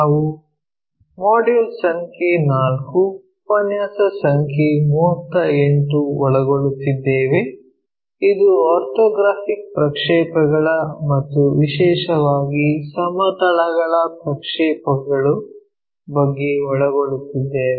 ನಾವು ಮಾಡ್ಯೂಲ್ ಸಂಖ್ಯೆ 4 ಉಪನ್ಯಾಸ ಸಂಖ್ಯೆ 38 ಅನ್ನು ಒಳಗೊಳ್ಳುತ್ತಿದ್ದೇವೆ ಇದು ಆರ್ಥೋಗ್ರಾಫಿಕ್ ಪ್ರಕ್ಷೇಪಗಳ ಮತ್ತು ವಿಶೇಷವಾಗಿ ಸಮತಲಗಳ ಪ್ರಕ್ಷೇಪಗಳು ಬಗ್ಗೆ ಒಳಗೊಳ್ಳುತ್ತಿದ್ದೇವೆ